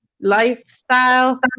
lifestyle